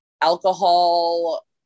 alcohol